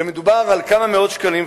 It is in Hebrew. ומדובר על כמה מאות שקלים,